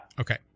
okay